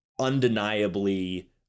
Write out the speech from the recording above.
undeniably